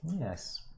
yes